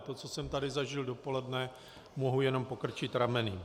To, co jsem tady zažil dopoledne, mohu jen pokrčit rameny.